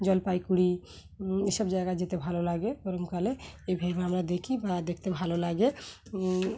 জলপাইগুড়ি এসব জায়গায় যেতে ভালো লাগে গরমকালে এইভাবে আমরা দেখি বা দেখতে ভালো লাগে